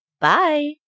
Bye